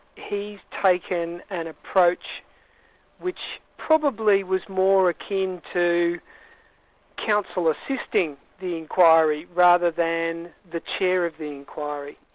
he's taken an approach which probably was more akin to counsel assisting the inquiry rather than the chair of the inquiry.